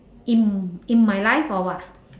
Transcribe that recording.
in in my life or what